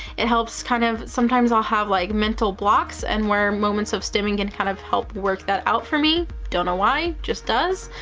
it helps, kind of, sometimes i'll have, like, mental blocks and where moments of stimming can kind of help work that out for me. don't know why. just does.